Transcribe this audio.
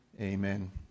amen